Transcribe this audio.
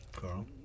Carl